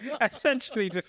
essentially